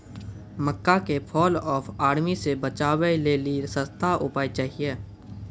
मक्का के fall of army से बचाबै लेली सस्ता उपाय चाहिए?